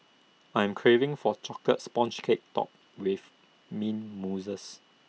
I am craving for A Chocolate Sponge Cake Topped with Mint Mousse